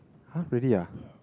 !huh! really ah